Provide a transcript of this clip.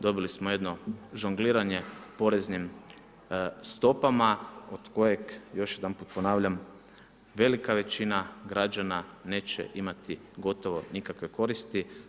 Dobili smo jedno žongliranje poreznim stopama od kojeg, još jedanput ponavljam velika većina građana neće imati gotovo nikakve koristi.